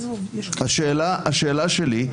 השאלה שלי,